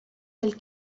del